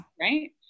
right